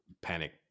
panic